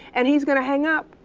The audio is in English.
and he's going to hang up.